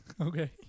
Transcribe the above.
Okay